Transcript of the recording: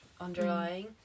underlying